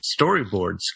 storyboards